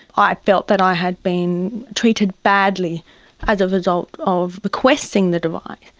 i felt that i had been treated badly as a result of requesting the device.